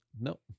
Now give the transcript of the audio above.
nope